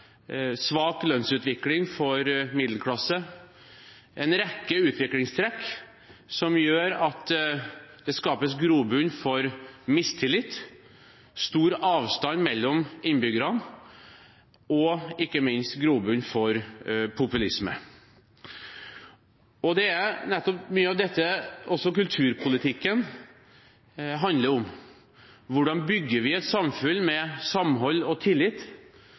svak lønnsutvikling for middelklassen, en rekke utviklingstrekk som gjør at det skapes grobunn for mistillit, stor avstand mellom innbyggerne og ikke minst grobunn for populisme. Det er nettopp mye av dette også kulturpolitikken handler om. Hvordan bygger vi et samfunn med samhold og tillit,